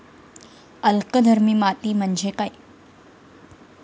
अल्कधर्मी माती म्हणजे काय?